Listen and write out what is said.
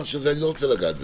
אני לא רוצה לגעת בזה.